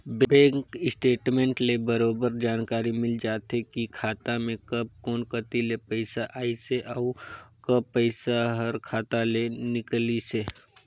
bank statement ले बरोबर जानकारी मिल जाथे की खाता मे कब कोन कति ले पइसा आइसे अउ कब पइसा हर खाता ले निकलिसे